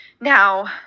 Now